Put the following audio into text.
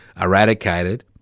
eradicated